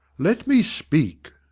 let me speak!